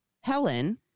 Helen